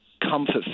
comfort